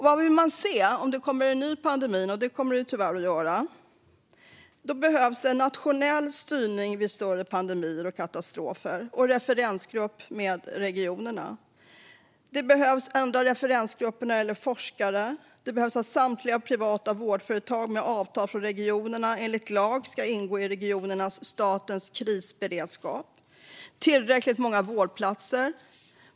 Vad vill man se om det kommer en ny pandemi, vilket det tyvärr kommer att göra, är en nationell styrning vid större pandemier och katastrofer och en referensgrupp från regionerna. Det behövs andra referensgrupper när det gäller forskare, och samtliga privata vårdföretag med avtal med regionerna ska enligt lag ingå i regionernas eller statens krisberedskap. Det behövs tillräckligt många vårdplatser.